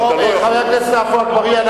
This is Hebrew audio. חבר הכנסת עפו אגבאריה,